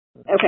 Okay